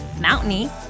mountainy